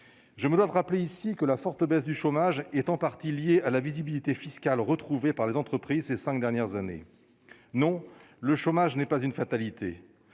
je me dois-je rappeler ici que la forte baisse du chômage est en partie liée à la visibilité fiscale retrouvés par les entreprises, ces 5 dernières années, non, le chômage n'est pas une fatalité,